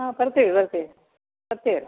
ಹಾಂ ಬರ್ತೀವಿ ಬರ್ತೀವಿ ಬರ್ತೀವಿ ರೀ